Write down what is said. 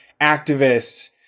activists